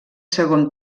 segon